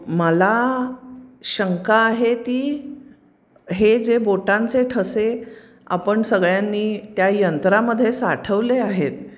मला शंका आहे ती हे जे बोटांचे ठसे आपण सगळ्यांनी त्या यंत्रामध्ये साठवले आहेत